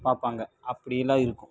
பார்ப்பாங்க அப்படியெல்லாம் இருக்கும்